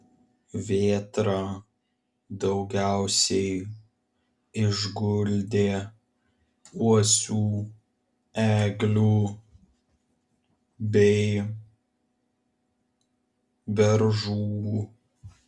vėtra daugiausiai išguldė uosių eglių bei beržų